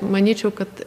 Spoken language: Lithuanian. manyčiau kad